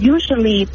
Usually